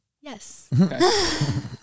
Yes